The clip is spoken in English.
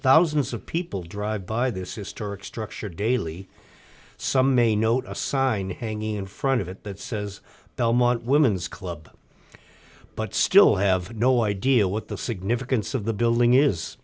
thousands of people drive by this is stork structure daily some may note a sign hanging in front of it that says belmont women's club but still have no idea what the significance of the building is